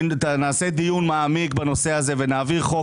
נקיים דיון מעמיק בנושא הזה ונעביר חוק